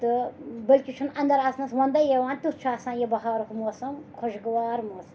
تہٕ بٔلکہِ چُھنہٕ اَندَر اَژنَس وۄندَے یِوان تیُتھ چھُ آسان یہِ بَہارُک موسَم خُشگوار موسَم